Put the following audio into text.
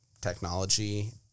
technology